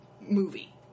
movie